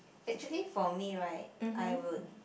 actually for me right I would